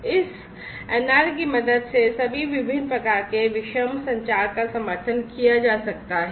इस NR की मदद से सभी विभिन्न प्रकार के heterogeneous संचार का समर्थन किया जा सकता है